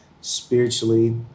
spiritually